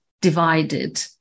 divided